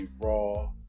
Raw